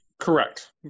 Correct